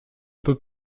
peut